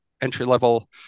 entry-level